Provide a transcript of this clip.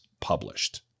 published